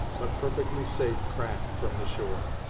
but perfectly safe craft from the shore.